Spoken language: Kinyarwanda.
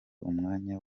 umwanya